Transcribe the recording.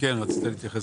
כן, רצית להתייחס.